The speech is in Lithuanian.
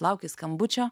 lauki skambučio